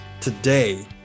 today